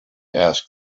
asked